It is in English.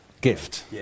Gift